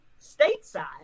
stateside